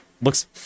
looks